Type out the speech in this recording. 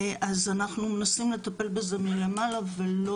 אז אנחנו מנסים לטפל בזה מלמעלה ולא